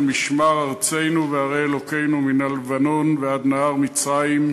משמר ארצנו וערי אלוקינו מן הלבנון ועד נהר מצרים,